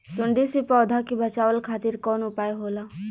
सुंडी से पौधा के बचावल खातिर कौन उपाय होला?